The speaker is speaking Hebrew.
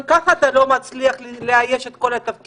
גם ככה אתה לא מצליח לאייש את כל התפקידים,